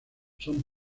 son